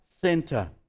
center